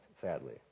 sadly